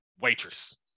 waitress